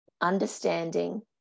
understanding